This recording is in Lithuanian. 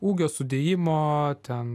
ūgio sudėjimo ten